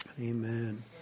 Amen